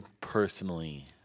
personally